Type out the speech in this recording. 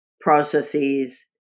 processes